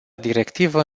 directivă